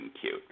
cute